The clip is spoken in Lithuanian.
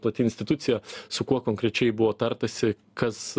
pati institucija su kuo konkrečiai buvo tartasi kas